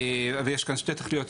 יש כאן שתי תכליות,